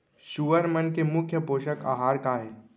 सुअर मन के मुख्य पोसक आहार का हे?